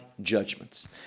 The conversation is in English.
judgments